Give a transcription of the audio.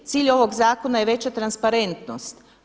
Cilj ovog zakona je veća transparentnost.